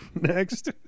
next